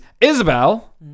isabel